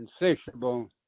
insatiable